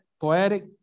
poetic